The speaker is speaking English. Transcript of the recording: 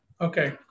okay